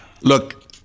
look